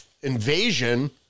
invasion